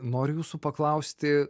noriu jūsų paklausti